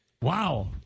Wow